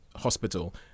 Hospital